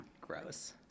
Gross